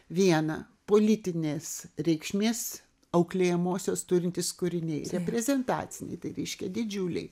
viena politinės reikšmės auklėjamosios turintys kūriniai reprezentaciniai tai reiškia didžiuliai